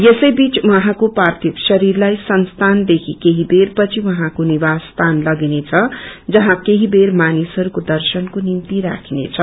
यसैबीच उहाँको पार्थिव शरीरलाई संस्यानदेखि अब दखि केही बेर पछि उहाँको निवास स्यान लगिनेछ जहाँ केही बेर मानिसहस्को दर्शनको निम्ति राखिनेछ